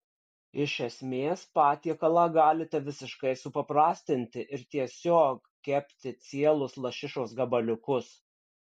iš esmės patiekalą galite visiškai supaprastinti ir tiesiog kepti cielus lašišos gabaliukus